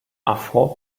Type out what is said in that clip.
affront